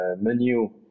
menu